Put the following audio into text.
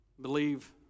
believe